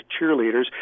cheerleaders